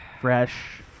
Fresh